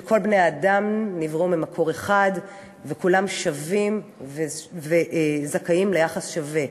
שכל בני-האדם נבראו ממקור אחד וכולם שווים וזכאים ליחס שווה.